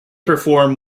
perform